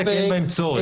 כי אין בהם צורך.